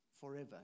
forever